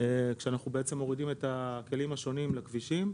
כשאנחנו בעצם מורידים את הכלים השונים לכבישים,